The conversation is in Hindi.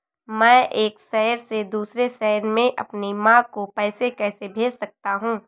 मैं एक शहर से दूसरे शहर में अपनी माँ को पैसे कैसे भेज सकता हूँ?